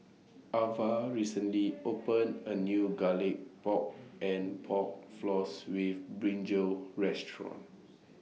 Avah recently opened A New Garlic Pork and Pork Floss with Brinjal Restaurant